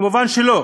מובן שלא.